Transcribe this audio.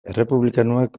errepublikanoak